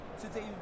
Today